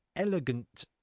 elegant